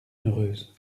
heureuse